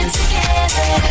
together